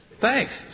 Thanks